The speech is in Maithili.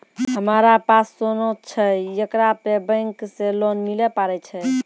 हमारा पास सोना छै येकरा पे बैंक से लोन मिले पारे छै?